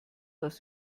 dass